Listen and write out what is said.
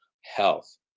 health